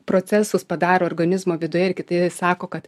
procesus padaro organizmo viduje ir kiti sako kad